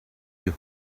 you